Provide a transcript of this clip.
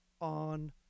on